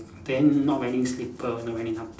then not wearing slipper not wearing nothing